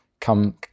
come